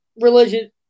religion